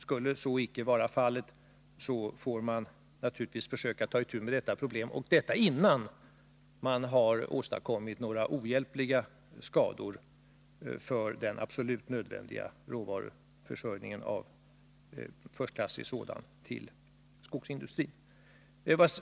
Skulle så icke vara fallet, får man naturligtvis försöka ta itu med problemet och detta innan man har åstadkommit några ohjälpliga skador för den absolut nödvändiga försörjningen med erforderlig råvara till skogsindustrin.